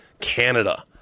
Canada